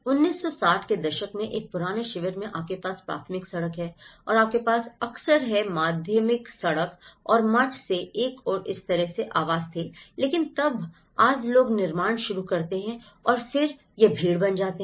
1960 के दशक में एक पुराने शिविर में आपके पास प्राथमिक सड़क है और आपके पास अवसर है माध्यमिक सड़क और मठ से और इस तरह से आवास थे लेकिन तब आज लोग निर्माण शुरू करते हैं और फिर यह भीड़ बन जाता है